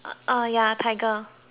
ya